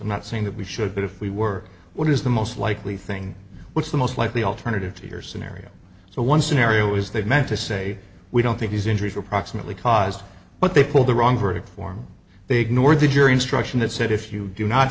i'm not saying that we should but if we work what is the most likely thing what's the most likely alternative to your scenario so one scenario is they meant to say we don't think these injuries are approximately caused but they pulled the wrong verdict form they ignored the jury instruction that said if you do not